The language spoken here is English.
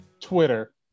Twitter